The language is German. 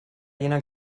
jener